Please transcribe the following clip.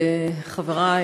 חברי,